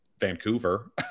Vancouver